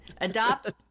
Adopt